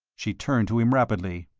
she turned to him rapidly.